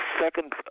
second